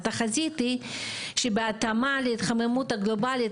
התחזית היא שבהתאמה להתחממות הגלובלית